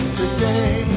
today